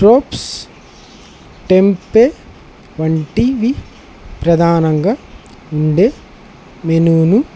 ట్రోప్స్ tempeh వంటివి ప్రధానంగా ఉండే మెనూను